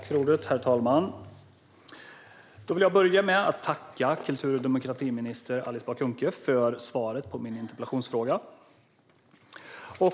Herr talman! Jag vill börja med att tacka kultur och demokratiminister Alice Bah Kuhnke för svaret på min interpellation.